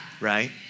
right